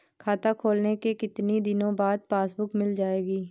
खाता खोलने के कितनी दिनो बाद पासबुक मिल जाएगी?